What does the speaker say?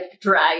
drag